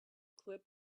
clip